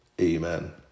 Amen